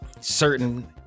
certain